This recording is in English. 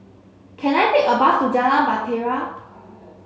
can I take a bus to Jalan Bahtera